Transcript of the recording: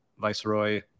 viceroy